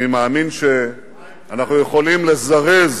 אני מאמין שאנחנו יכולים לזרז